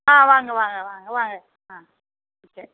ஆ வாங்க வாங்க வாங்க வாங்க ஆ சரி